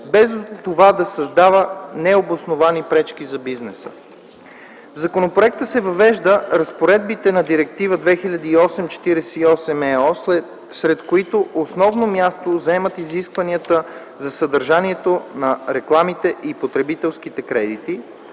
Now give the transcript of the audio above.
без това да създава необосновани пречки на бизнеса. В законопроекта се въвеждат разпоредбите на Директива 2008/48/ЕО, сред които основно място заемат изискванията за съдържанието на рекламите на потребителски кредити